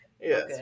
yes